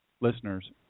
listeners